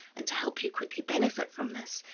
and to help you quickly benefit from this,